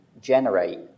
generate